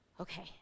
okay